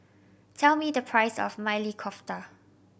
tell me the price of Maili Kofta